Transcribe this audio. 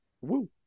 Woo